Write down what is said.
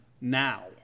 now